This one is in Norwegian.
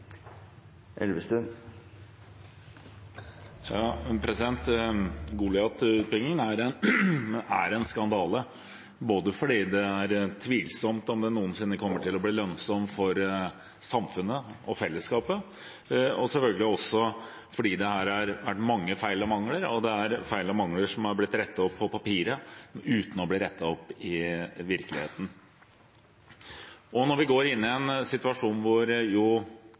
en skandale, både fordi det er tvilsomt om det noensinne kommer til å bli lønnsomt for samfunnet og fellesskapet, og selvfølgelig også fordi det har vært mange feil og mangler – og det er feil og mangler som har blitt rettet opp på papiret uten å ha blitt rettet opp i virkeligheten. Når vi går inn i en situasjon hvor